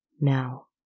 now